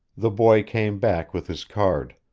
the boy came back with his card.